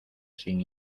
sin